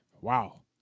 Wow